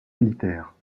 militaire